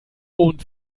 und